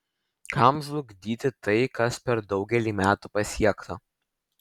kam žlugdyti tai kas per daugelį metų pasiekta